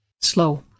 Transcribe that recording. slow